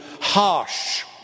harsh